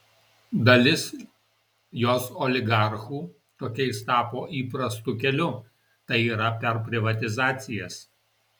dalis jos oligarchų tokiais tapo įprastu keliu tai yra per privatizacijas